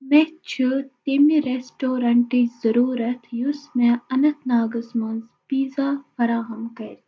مے چھِ تَمہِ رٮ۪سٹورَنٹٕچ ضٔروٗرت یُس مےٚ اننت ناگس منٛز پیٖزا فراہم کَرِ